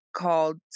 called